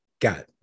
got